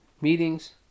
Meetings